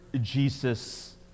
Jesus